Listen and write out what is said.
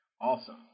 Awesome